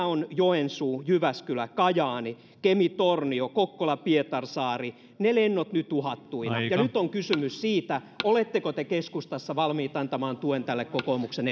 on joensuu jyväskylä kajaani kemi tornio kokkola pietarsaari ne lennot ovat nyt uhattuina ja nyt on kysymys siitä oletteko te keskustassa valmiit antamaan tuen tälle kokoomuksen